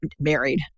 married